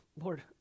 Lord